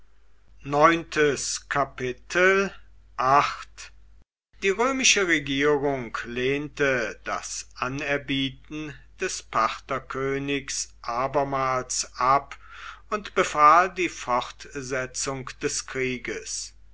die römische regierung lehnte das anerbieten des partherkönigs abermals ab und befahl die fortsetzung des krieges